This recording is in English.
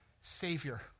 savior